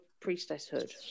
priestesshood